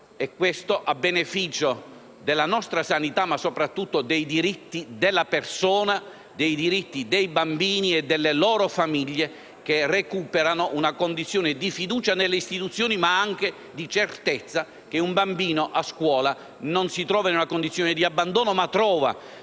Ciò a beneficio della nostra sanità, ma soprattutto dei diritti della persona, dei bambini e delle loro famiglie che recuperano una condizione di fiducia nelle istituzioni e anche di certezza nel fatto che un bambino a scuola non sia mai in una condizione di abbandono, ma trovi